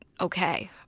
okay